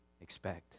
expect